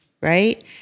right